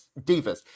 divas